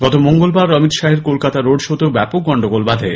গত মঙ্গলবার অমিত শাহের কলকাতা রোড শো তেও ব্যাপক গন্ডোগোল বাধে